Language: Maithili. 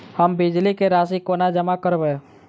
हम बिजली कऽ राशि कोना जमा करबै?